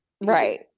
Right